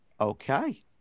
Okay